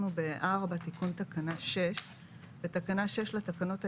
תיקון תקנה 6 בתקנה 6 לתקנות העיקריות,